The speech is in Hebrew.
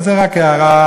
אבל זה רק הערה.